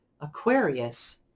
Aquarius